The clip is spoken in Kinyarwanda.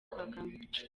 kagame